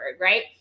right